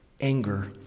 anger